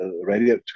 radio